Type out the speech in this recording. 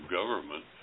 government